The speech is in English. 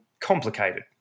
complicated